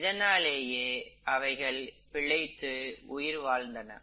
இதனாலேயே அவைகள் பிழைத்து உயிர் வாழ்ந்தது